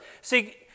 See